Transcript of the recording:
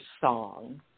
song